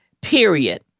period